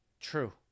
True